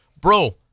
Bro